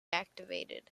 activated